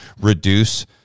reduce